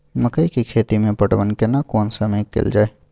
मकई के खेती मे पटवन केना कोन समय कैल जाय?